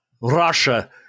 Russia